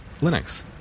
Linux